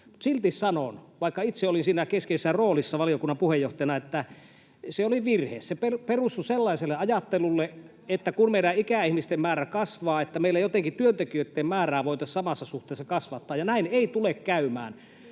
Silti sanon, vaikka itse olin siinä keskeisessä roolissa valiokunnan puheenjohtajana, että se oli virhe. Se perustui sellaiselle ajattelulle, että kun meidän ikäihmisten määrä kasvaa, niin meillä jotenkin työntekijöitten määrää voitaisiin samassa suhteessa kasvattaa, ja näin ei tule käymään.